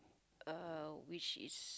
uh which is